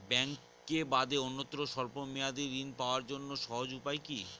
ব্যাঙ্কে বাদে অন্যত্র স্বল্প মেয়াদি ঋণ পাওয়ার জন্য সহজ উপায় কি?